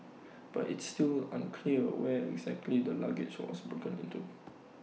but it's still unclear where exactly the luggage was broken into